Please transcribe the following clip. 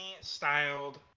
styled